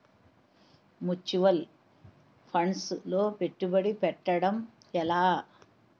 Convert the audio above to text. Mutual funds లో పెట్టుబడి పెట్టడం ఎలా?